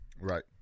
right